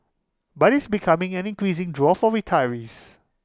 but is becoming an increasing draw for retirees